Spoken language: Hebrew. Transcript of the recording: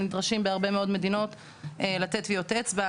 נדרשים בהרבה מאוד מדינות לתת טביעות אצבע,